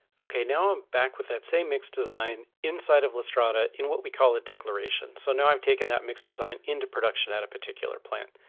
ok now i'm back with that same mix design inside of lastrada in what we call the declaration so now i've taken that mix design into production at a particular plant.